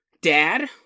dad